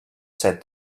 said